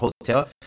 hotel